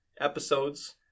episodes